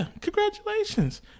Congratulations